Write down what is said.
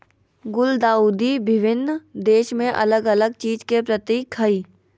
गुलदाउदी विभिन्न देश में अलग अलग चीज के प्रतीक हइ